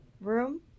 room